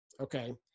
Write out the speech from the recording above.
Okay